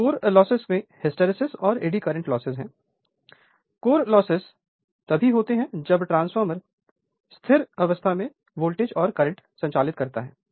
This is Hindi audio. तो कोर नुकसान ये हिस्टैरिसीस और एड़ी करंट लॉस हैं कोर नुकसान निरंतर वोल्टेज और आवृत्ति पर संचालित एक ट्रांसमिशन खेद ट्रांसफार्मर के लिए स्थिर है